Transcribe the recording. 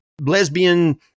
lesbian